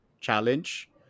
challenge